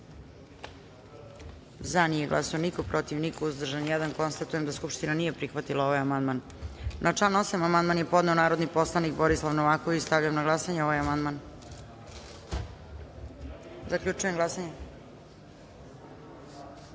glasanje: za – niko, protiv – niko, uzdržan – jedan. Konstatujem da Skupština nije prihvatila ovaj amandman. Na član 8. amandman je podneo narodni poslanik Borislav Novaković. Stavljam na glasanje ovaj amandman. Zaključujem glasanje: